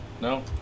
No